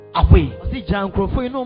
away